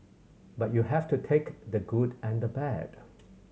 but you have to take the good and the bad